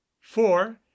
four